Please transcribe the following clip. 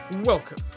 Welcome